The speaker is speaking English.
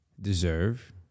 deserve